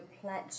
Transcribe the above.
pledge